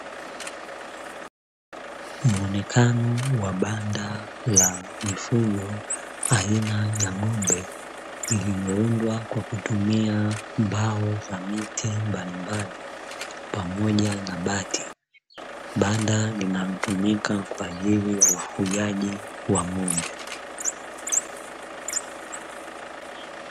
Muonekano wa banda la mifugo aina ya ng'ombe iliyoundwa kwa kutumia mbao za miti mbalimbali pamoja na bati, banda linalotumika kwa ajili ya ufugaji wa ng'ombe.